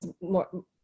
more